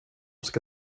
ska